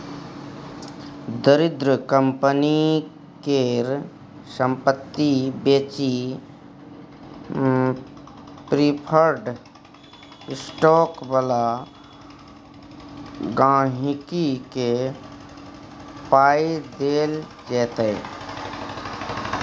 दरिद्र कंपनी केर संपत्ति बेचि प्रिफर्ड स्टॉक बला गांहिकी केँ पाइ देल जेतै